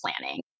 planning